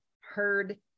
heard